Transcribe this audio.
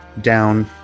down